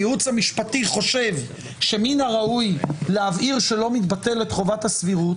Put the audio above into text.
הייעוץ המשפטי חושב שמן הראוי להבהיר שלא מתבטלת חובת הסבירות,